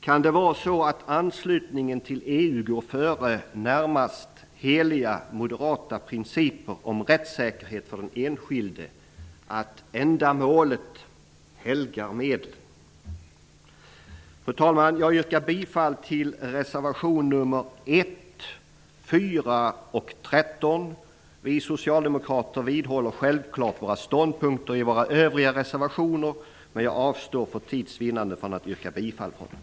Kan det vara så att anslutningen till EU går före närmast heliga moderata principer om rättssäkerhet för den enskilde, så att ändamålet helgar medlen? Fru talman! Jag yrkar bifall till reservation nr 1, 4 och 13. Vi socialdemokrater vidhåller självfallet våra ståndpunkter i våra övriga reservationer, men jag avstår för tids vinnande från att yrka bifall till dem.